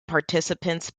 participants